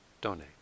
donate